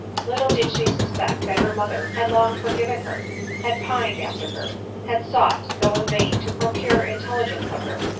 little did she suspect that her mother had long forgiven her had pined after her had sought, though in vain, to procure intelligence of her,